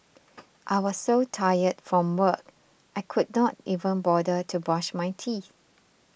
I was so tired from work I could not even bother to brush my teeth